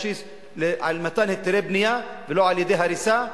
ראשית במתן היתרי בנייה ולא בהריסה,